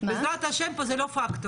בעזרת ה' פה זה לא פקטור,